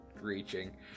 reaching